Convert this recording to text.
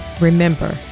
Remember